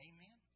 Amen